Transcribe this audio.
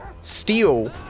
steal